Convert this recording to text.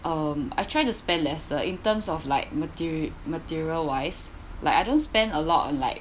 um I try to spend lesser in terms of like material material wise like I don't spend a lot and like